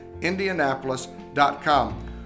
indianapolis.com